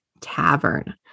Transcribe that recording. Tavern